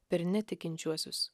per netikinčiuosius